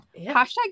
Hashtag